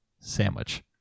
sandwich